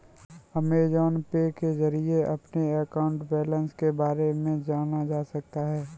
Amazon Pay के जरिए अपने अकाउंट बैलेंस के बारे में जाना जा सकता है